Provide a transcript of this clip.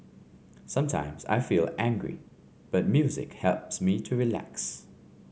sometimes I feel angry but music helps me to relax